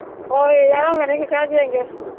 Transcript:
ꯍꯣꯏ ꯌꯥꯎꯔꯝꯒꯅꯤ ꯀꯀꯥ ꯌꯦꯡꯒꯦ